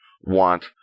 want